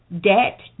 debt